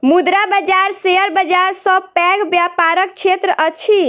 मुद्रा बाजार शेयर बाजार सॅ पैघ व्यापारक क्षेत्र अछि